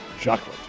Chocolate